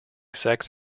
sex